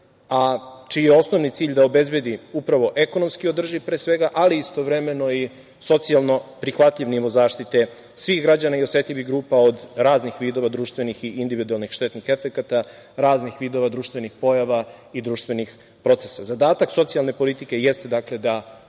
čiji je osnovni cilj da obezbedi upravo ekonomski održiv ali istovremeno i socijalno prihvatljiv nivo zaštite svih građana i osetljivih grupa od raznih vidova društvenih i individualnih štetnih efekata raznih vidova društvenih pojava i društvenih procesa. Zadatak socijalne politike jeste da